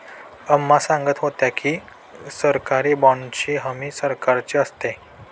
अम्मा सांगत होत्या की, सरकारी बाँडची हमी सरकारची असते